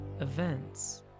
events